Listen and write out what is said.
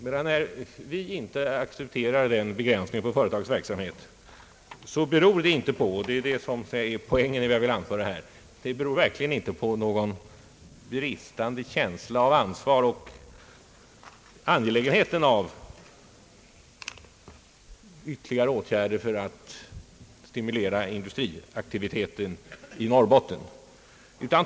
Då vi inte accepterar denna begränsning av företagets verksamhet beror det verkligen inte på det är poängen i det jag vill anföra här — någon bristande känsla för angelägenheten av ytterligare åtgärder för att stimulera industriaktiviteten i Norrbotten.